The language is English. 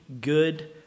good